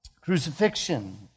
crucifixion